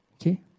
Okay